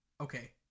Okay